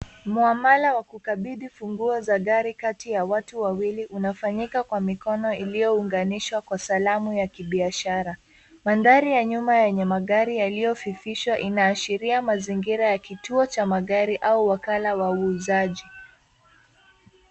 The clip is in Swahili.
Muamala wa kukabidhi ufunguo wa gari kati ya watu wawili unafanyika kwa mikono iliyounganishwa kwa salamu ya kibiashara. Mandhari ya nyuma yenye magari yaliyofifishwa inaashiria mazingira ya kituo cha magari au wakala wa uuzaji.